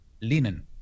linen